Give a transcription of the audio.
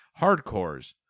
Hardcores